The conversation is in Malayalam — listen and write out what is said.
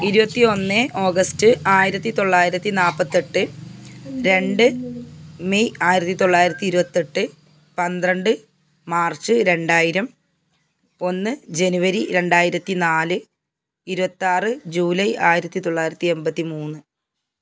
ഇരുപത്തി ഒന്ന് ഓഗസ്റ്റ് ആയിരത്തി തൊള്ളായിരത്തി നാൽപ്പത്തി എട്ട് രണ്ട് മെയ് ആയിരത്തി തൊള്ളായിരത്തി ഇരുപത്തി എട്ട് പന്ത്രണ്ട് മാർച്ച് രണ്ടായിരം ഒന്ന് ജെനുവരി രണ്ടായിരത്തി നാല് ഇരുപത്തി ആറ് ജൂലായി ആയിരത്തി തൊള്ളായിരത്തി എൺപത്തി മൂന്ന്